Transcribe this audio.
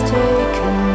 taken